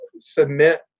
submit